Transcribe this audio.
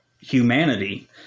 humanity